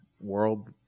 world